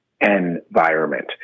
environment